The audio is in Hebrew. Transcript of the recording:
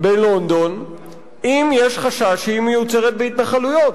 בלונדון אם יש חשש שהיא מיוצרת בהתנחלויות.